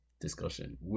discussion